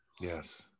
Yes